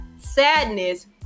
sadness